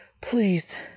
Please